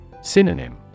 Synonym